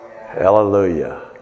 Hallelujah